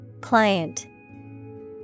Client